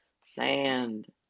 sand